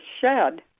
shed